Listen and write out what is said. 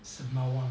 sembawang